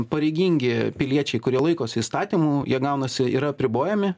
pareigingi piliečiai kurie laikosi įstatymų jie gaunasi yra apribojami